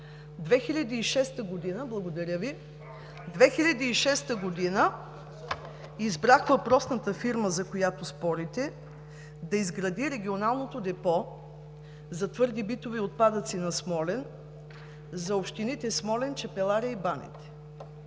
2006 г. избрах въпросната фирма, за която спорите, да изгради регионалното депо за твърди битови отпадъци на Смолян за общините Смолян, Чепеларе и Баните.